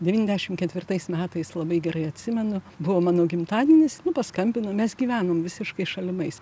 devyniasdešimt ketvirtais metais labai gerai atsimenu buvo mano gimtadienis nu paskambino mes gyvenom visiškai šalimais